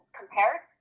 compared